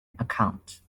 account